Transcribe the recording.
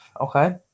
okay